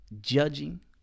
judging